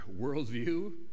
worldview